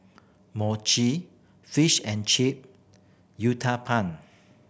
Mochi Fish and Chip Uthapam